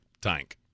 Tank